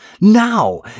now